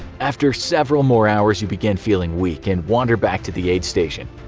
after several more hours, you begin feeling weak, and wander back to the aid station.